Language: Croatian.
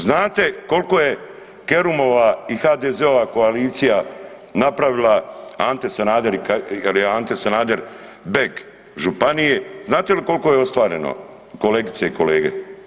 Znate kolko je Kerumova i HDZ-ova koalicija napravila, Ante Sanader, jel je Ante Sanader beg županije, znate li kolko je ostvareno kolegice i kolege?